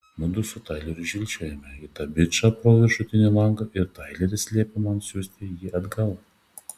mudu su taileriu žvilgčiojame į tą bičą pro viršutinį langą ir taileris liepia man siųsti jį atgal